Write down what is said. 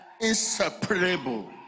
inseparable